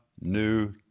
new